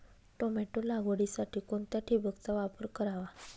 Tomato लागवडीसाठी कोणत्या ठिबकचा वापर करावा?